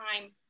time